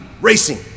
racing